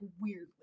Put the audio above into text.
weirdly